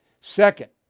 Second